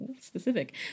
Specific